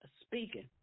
speaking